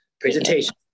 presentation